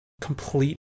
complete